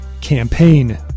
campaign